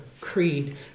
creed